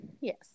yes